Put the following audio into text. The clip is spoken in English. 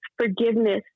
forgiveness